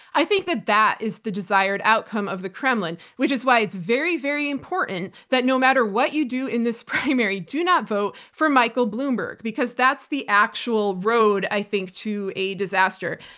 i think that that is the desired outcome of the kremlin, which is why it's very, very important that no matter what you do in this primary, do not vote for michael bloomberg because that's that's the actual road, i think, to a disaster.